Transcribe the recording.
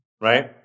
right